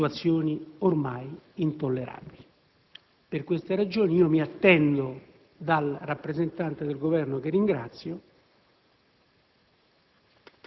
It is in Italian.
situazioni ormai intollerabili. Per queste ragioni, mi attendo dal rappresentante del Governo, che ringrazio